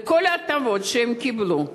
וכל ההטבות שהם קיבלו,